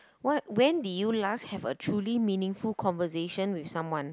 what when did you last have a truly meaningful conversation with someone